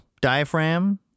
diaphragm